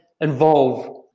involve